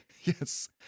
Yes